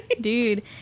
dude